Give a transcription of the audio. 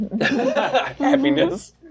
happiness